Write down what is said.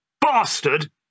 bastard